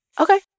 Okay